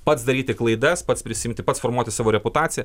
pats daryti klaidas pats prisiimti pats formuoti savo reputaciją